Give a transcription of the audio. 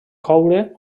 coure